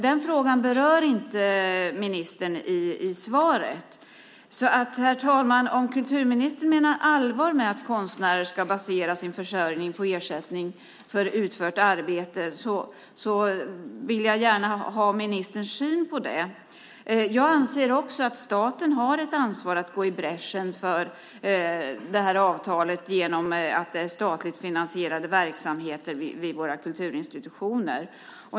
Den frågan berör inte ministern i svaret. Så herr talman, om kulturministern menar allvar med att konstnärer ska basera sin försörjning på ersättning för utfört arbete vill jag gärna ha ministerns syn på det. Jag anser också att staten har ett ansvar för att gå i bräschen för det här avtalet genom att det gäller statligt finansierade verksamheter vid våra kulturinstitutioner.